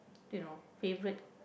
you know favourite